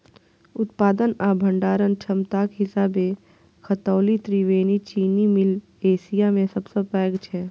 उत्पादन आ भंडारण क्षमताक हिसाबें खतौली त्रिवेणी चीनी मिल एशिया मे सबसं पैघ छै